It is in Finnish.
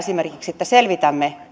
että selvitämme